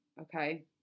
Okay